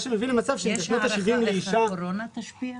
יש הערכה שהקורונה תשפיע?